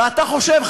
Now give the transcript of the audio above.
ואתה חושב,